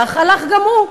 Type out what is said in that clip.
כשהשר הלך, הלך גם הוא.